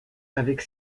avec